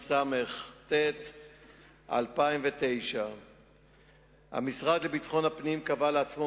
התשס"ט 2009. המשרד לביטחון הפנים קבע לעצמו